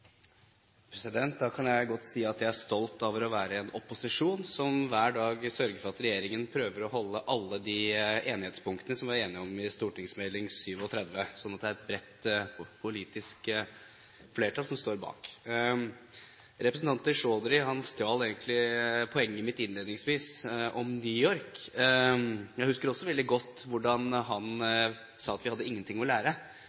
stolt over å være i en opposisjon som hver dag sørger for at regjeringen prøver å holde alle de enighetspunktene, det vi var enige om i St. meld. nr. 37, sånn at det er et bredt politisk flertall som står bak. Representanten Chaudhry stjal egentlig poenget mitt om New York innledningsvis. Jeg husker også veldig godt hvordan han sa at vi hadde ingenting å lære.